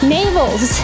Navels